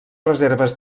reserves